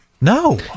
No